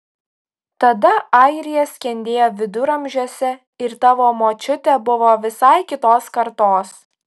tada airija skendėjo viduramžiuose ir tavo močiutė buvo visai kitos kartos